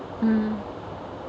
mm